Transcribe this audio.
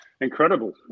Incredible